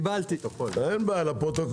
הישיבה ננעלה בשעה 13:12.